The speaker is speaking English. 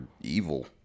evil